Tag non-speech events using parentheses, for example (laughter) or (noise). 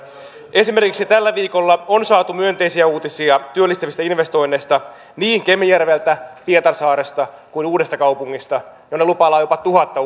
esimerkiksi tällä viikolla on saatu myönteisiä uutisia työllistävistä investoinneista niin kemijärveltä pietarsaaresta kuin uudestakaupungista jonne lupaillaan jopa tuhatta (unintelligible)